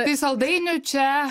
tai saldainių čia